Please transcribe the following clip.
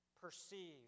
perceive